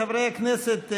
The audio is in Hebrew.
חברי הכנסת,